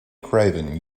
craven